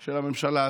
של הממשלה הזאת.